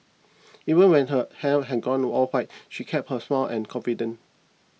even when her hair had gone all white she kept her smile and confidence